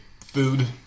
food